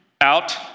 out